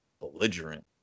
belligerent